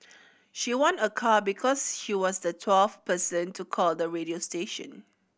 she won a car because she was the twelfth person to call the radio station